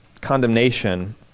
condemnation